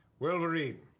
Wolverine